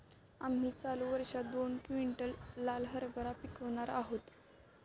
आम्ही चालू वर्षात दोन क्विंटल लाल हरभरा पिकावणार आहोत